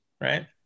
right